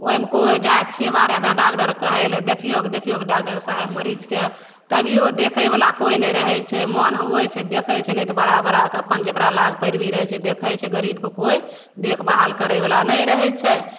ओहिमे कोइ जाइ छिए बाहर तऽ डाकटर कहै ले देखिऔगे देखिऔगे डाकटर साहब मरीजके तभिओ देखैवला कोइ नहि रहै छै मोन हुए छै देखै छै नहि तऽ बड़ा बड़ाके अपन जकरा लाभ पैरवी रहै छै देखै छै गरीबके कोइ देखभाल करैवला नहि रहै छै